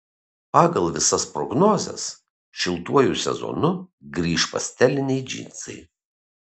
pagal visas prognozes šiltuoju sezonu grįš pasteliniai džinsai